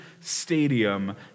stadium